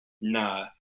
nah